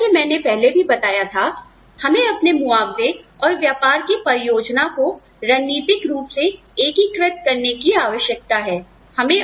जैसा कि मैंने पहले भी बताया था हमें अपने मुआवजे और व्यापार की परियोजना को रणनीतिक रूप से एकीकृत करने की आवश्यकता है